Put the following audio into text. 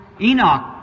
Enoch